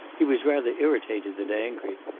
he was rather irritated than angry.